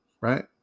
right